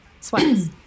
sweats